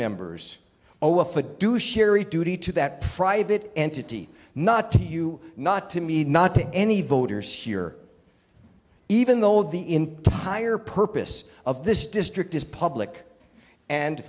fiduciary duty to that private entity not to you not to me not to any voters here even though the entire purpose of this district is public and